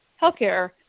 healthcare